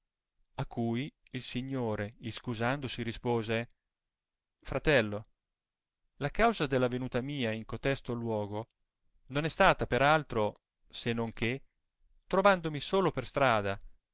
a cui il signore iscusandosi rispose fratello la causa della venuta mia in cotesto luogo non è stata per altro se non che trovandomi solo per strada